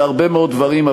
זה הרבה מאוד דברים,